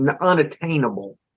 unattainable